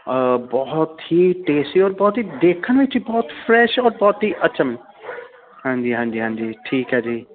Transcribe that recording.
ਬਹੁਤ ਹੀ ਟੇਸਟੀ ਔਰ ਬਹੁਤ ਹੀ ਦੇਖਣ ਵਿੱਚ ਹੀ ਬਹੁਤ ਫਰੈਸ਼ ਔਰ ਬਹੁਤ ਹੀ ਅਚਮ ਹਾਂਜੀ ਹਾਂਜੀ ਹਾਂਜੀ ਠੀਕ ਹੈ ਜੀ